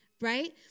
Right